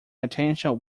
attention